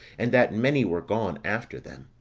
and that many were gone after them.